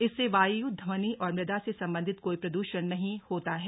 इससे वायु ध्वनि और मृदा से संबंधित कोई प्रद्षण नहीं होता है